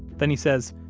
then he says,